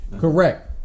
Correct